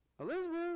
Elizabeth